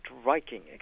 striking